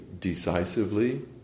decisively